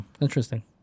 Interesting